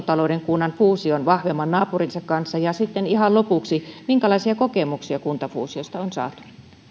talouden kunnan fuusioon vahvemman naapurinsa kanssa ja sitten ihan lopuksi minkälaisia kokemuksia kuntafuusioista on saatu